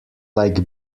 like